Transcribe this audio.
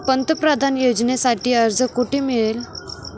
पंतप्रधान योजनेसाठी अर्ज कुठे मिळेल?